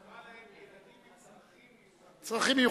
רציתי להציע שבמקום מוגבלויות,